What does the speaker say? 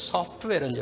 Software